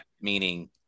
meaning